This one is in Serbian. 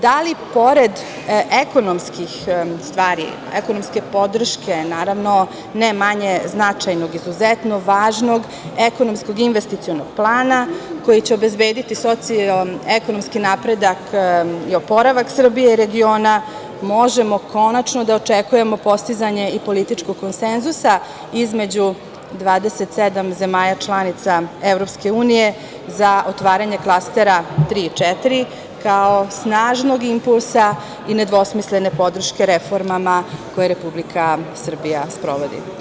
Dalje, da li pored ekonomskih stvari, ekonomske podrške, ne manje značajnog, izuzetno važnog ekonomskog investicionog plana, koji će obezbediti socijalno-ekonomski napredak i oporavak Srbije i regiona, možemo konačno da očeku9je postizanje i političkog konsenzusa između 27 zemalja članica EU za otvaranje klastera tri i četiri, kao snažnog impulsa i nedvosmislene podrške reformama koje Republika Srbija sprovodi?